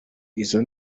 izo